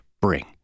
bring